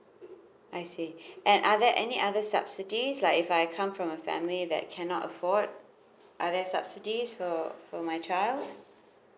I see and are there any other any other subsidies like if I come from a family that cannot afford are there subsidies for for my child